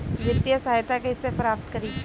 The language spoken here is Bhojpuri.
वित्तीय सहायता कइसे प्राप्त करी?